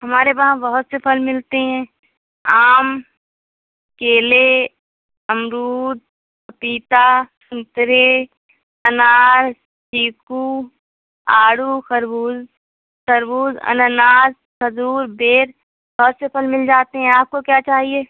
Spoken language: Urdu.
ہمارے وہاں بہت سے پھل ملتے ہیں آم کیلے امرود پپیتا سنترے انار چیکو آڑو خربوز تربوز انناس کھجور بیر بہت سے پھل مل جاتے ہیں آپ کو کیا چاہیے